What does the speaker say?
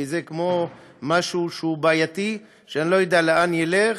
כי זה כמו משהו בעייתי שאני לא יודע לאן ילך.